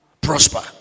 prosper